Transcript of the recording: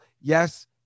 yes